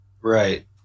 Right